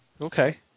Okay